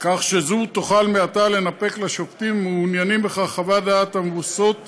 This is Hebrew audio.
כך שזו תוכל מעתה לנפק לשופטים המעוניינים בכך חוות דעת המבוססות